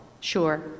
Sure